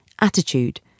attitude